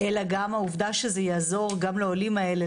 אלא גם העובדה שזה יעזור גם לעולים האלה,